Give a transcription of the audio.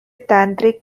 tantric